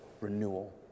renewal